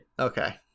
okay